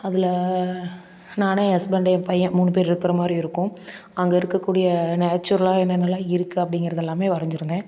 அதில் நானும் என் ஹஸ்பண்டு என் பையன் மூணு பேரு இருக்கிற மாதிரி இருக்கும் அங்கே இருக்கக்கூடிய நேச்சுரலாக என்னென்னலாம் இருக்குது அப்படிங்கிறது எல்லாமே வரைஞ்சிருந்தேன்